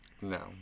No